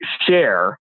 share